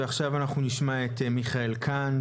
ועכשיו נשמע את מיכאל קנד,